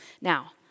now